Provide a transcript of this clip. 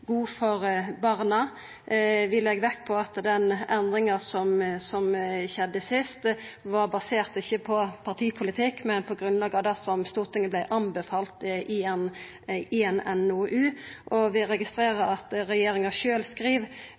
god for barna. Vi legg vekt på at den endringa som skjedde sist, ikkje var basert på partipolitikk, men på grunnlag av det som Stortinget vart anbefalt i ein NOU. Vi registrerer at regjeringa skriv